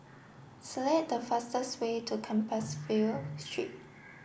select the fastest way to Compassvale Street